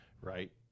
right